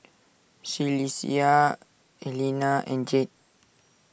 Celestia Elena and Jed